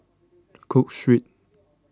Cook Street